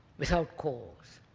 without cause?